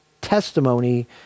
testimony